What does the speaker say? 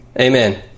amen